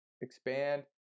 expand